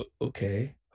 okay